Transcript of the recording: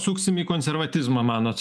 suksim į konservatizmą manot